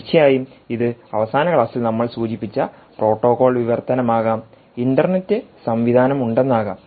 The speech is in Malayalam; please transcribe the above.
തീർച്ചയായും ഇത് അവസാന ക്ലാസ്സിൽ നമ്മൾ സൂചിപ്പിച്ച പ്രോട്ടോക്കോൾ വിവർത്തനമാകാം ഇൻറർനെറ്റ് സംവിധാനമുണ്ടെന്ന് ആകാം